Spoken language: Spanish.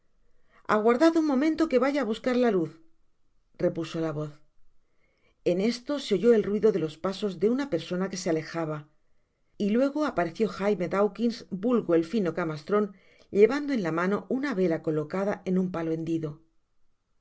aguardad un momento que vaya á buscar la luz repuso la voz en esto se oyó el ruido de los pasos de una persona que se alejaba y luego apareció jaime dawkins vulgo el fino camastron llevando en la mano una vela colocada en un palo hendido